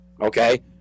okay